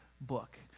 book